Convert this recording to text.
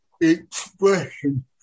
expression